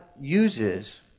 uses